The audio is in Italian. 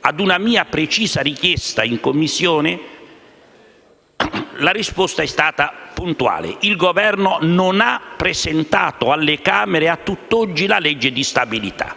A una mia precisa richiesta in Commissione, la risposta è stata puntuale: a tutt'oggi il Governo non ha presentato alle Camere il disegno di legge di stabilità.